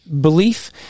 belief